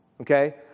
Okay